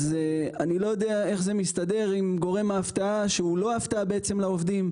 אני לא יודע איך זה מסתדר עם גורם ההפתעה שהוא לא הפתעה בעצם לעובדים.